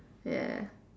ya